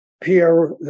Pierre